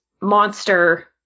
monster